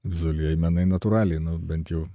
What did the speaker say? vizualieji menai natūraliai nu bent jau